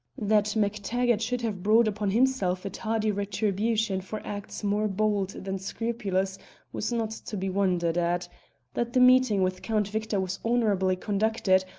that mactaggart should have brought upon himself a tardy retribution for acts more bold than scrupulous was not to be wondered at that the meeting with count victor was honourably conducted,